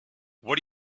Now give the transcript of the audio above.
what